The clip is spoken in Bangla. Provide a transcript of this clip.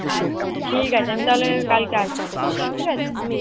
আচ্ছা ঠিক আছে আমি তাহলে কালকে আসছি ঠিক আছে